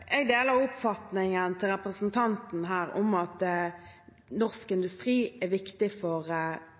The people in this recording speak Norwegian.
jeg deler oppfatningen til representanten om at norsk industri er viktig for